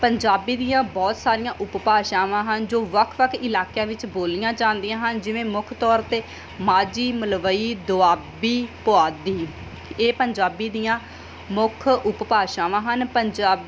ਪੰਜਾਬੀ ਦੀਆਂ ਬਹੁਤ ਸਾਰੀਆਂ ਉਪਭਾਸ਼ਾਵਾਂ ਹਨ ਜੋ ਵੱਖ ਵੱਖ ਇਲਾਕਿਆਂ ਵਿੱਚ ਬੋਲੀਆਂ ਜਾਂਦੀਆਂ ਹਨ ਜਿਵੇਂ ਮੁੱਖ ਤੌਰ 'ਤੇ ਮਾਝੀ ਮਲਵਈ ਦੁਆਬੀ ਪੁਆਧੀ ਇਹ ਪੰਜਾਬੀ ਦੀਆਂ ਮੁੱਖ ਉਪਭਾਸ਼ਾਵਾਂ ਹਨ ਪੰਜਾਬ